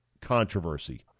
controversy